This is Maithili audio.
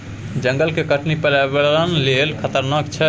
जंगल के कटनी पर्यावरण लेल खतरनाक छै